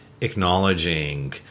acknowledging